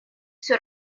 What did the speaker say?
все